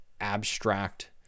abstract